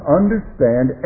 understand